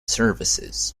services